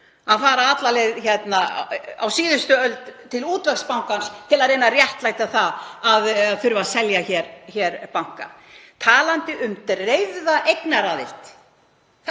að fara alla leið aftur á síðustu öld til Útvegsbankans til að reyna að réttlæta að það þurfi að selja banka. Talandi um dreifða eignaraðild